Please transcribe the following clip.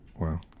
Wow